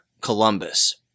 Columbus